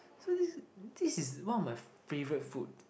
so this this is one of my favourite food